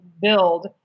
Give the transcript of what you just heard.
build